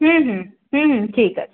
হুম হুম হুম হুম ঠিক আছে